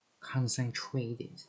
Concentrated